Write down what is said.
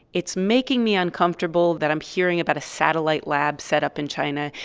it's making me uncomfortable that i'm hearing about a satellite lab set up in china?